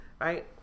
Right